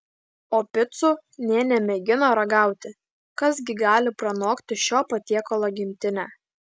o picų nė nemėgina ragauti kas gi gali pranokti šio patiekalo gimtinę